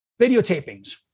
videotapings